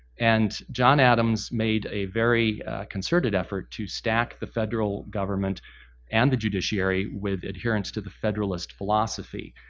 and john adams made a very concerted effort to stack the federal government and the judiciary with adherence to the federalist philosophy.